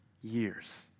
years